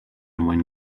mwyn